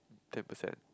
ten percent